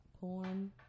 porn